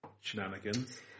shenanigans